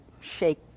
shake